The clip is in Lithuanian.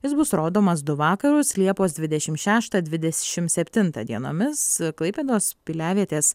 jis bus rodomas du vakarus liepos dvidešim šeštą dvidešim septintą dienomis klaipėdos piliavietės